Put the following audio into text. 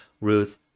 Ruth